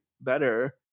better